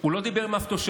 הוא לא דיבר עם אף תושב,